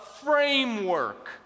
framework